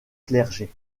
clergé